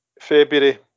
February